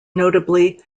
notably